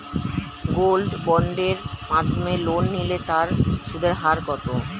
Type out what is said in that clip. Gold বন্ডের মাধ্যমে loan নিলে তার সুদের হার কত?